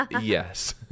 Yes